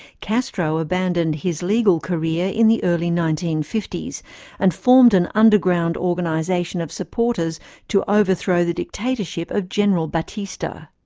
castro abandoned his legal career in the early nineteen fifty s and formed an underground organisation of supporters to overthrow the dictatorship of general batista.